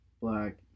Black